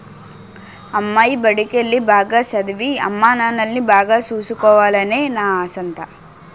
అమ్మాయి బడికెల్లి, బాగా సదవి, అమ్మానాన్నల్ని బాగా సూసుకోవాలనే నా ఆశంతా